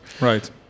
Right